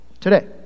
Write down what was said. today